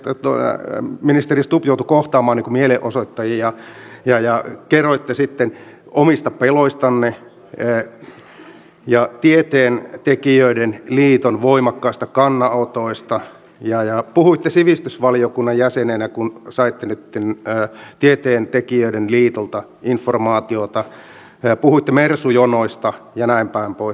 sanoitte että ministeri stubb joutui kohtaamaan mielenosoittajia ja kerroitte sitten omista peloistanne ja tieteentekijöiden liiton voimakkaista kannanotoista ja puhuitte sivistysvaliokunnan jäsenenä saaneenne tieteentekijöiden liitolta informaatiota puhuitte mersu jonoista ja näinpäin pois